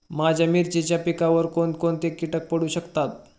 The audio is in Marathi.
माझ्या मिरचीच्या पिकावर कोण कोणते कीटक पडू शकतात?